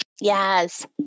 yes